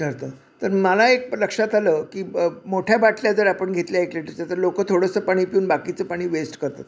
ठरतं तर मला एक लक्षात आलं की ब मोठ्या बाटल्या जर आपण घेतल्या एक लिटरच्या तर लोक थोडंसं पाणी पिऊन बाकीचं पाणी वेस्ट करतात